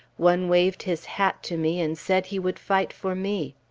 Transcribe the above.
one waved his hat to me and said he would fight for me.